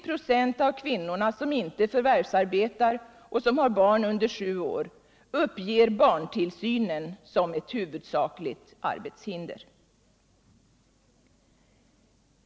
av de kvinnor som inte förvärvsarbetar och som har barn under sju år uppger barntillsvnen som ett huvudsakligt arbetshinder.